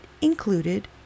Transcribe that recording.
included